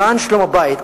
למען שלום-בית,